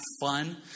fun